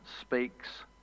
speaks